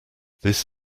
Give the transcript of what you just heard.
this